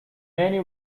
many